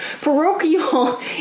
parochial